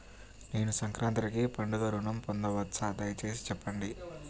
నేను సంక్రాంతికి పండుగ ఋణం పొందవచ్చా? దయచేసి చెప్పండి?